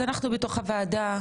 אז אנחנו בתוך הוועדה,